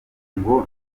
ngo